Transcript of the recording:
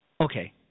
Okay